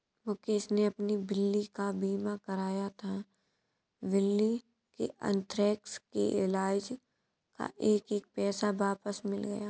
मुकेश ने अपनी बिल्ली का बीमा कराया था, बिल्ली के अन्थ्रेक्स के इलाज़ का एक एक पैसा वापस मिल गया